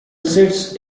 sits